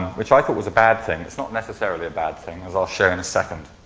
which i thought was a bad thing. it's not necessarily a bad thing as i'll show in a second.